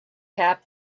cap